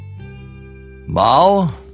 Mao